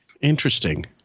Interesting